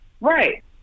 Right